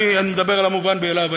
אני מדבר על המובן מאליו,